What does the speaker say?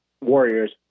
warriors